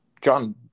John